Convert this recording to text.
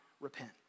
repent